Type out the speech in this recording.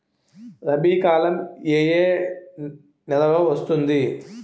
రబీ కాలం ఏ ఏ నెలలో వస్తుంది?